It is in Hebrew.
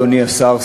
אדוני השר,